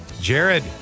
Jared